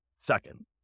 Second